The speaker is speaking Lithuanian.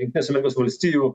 jungtinės amerikos valstijų